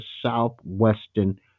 Southwestern